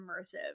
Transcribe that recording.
immersive